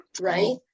right